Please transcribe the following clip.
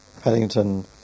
Paddington